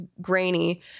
grainy